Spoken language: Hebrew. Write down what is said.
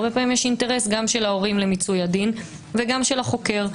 הרבה פעמים יש אינטרס גם של ההורים למיצוי הדין וגם של החוקר,